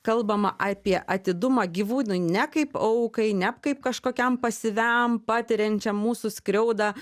kalbama apie atidumą gyvūnui ne kaip aukai ne kaip kažkokiam pasyviam patiriančiam mūsų skriaudą